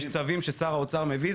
יש צווים ששר האוצר מביא,